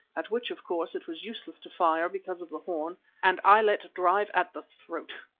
at which, of course, it was useless to fire because of the horn, and i let drive at the throat.